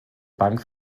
bank